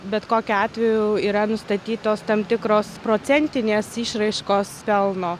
bet kokiu atveju yra nustatytos tam tikros procentinės išraiškos pelno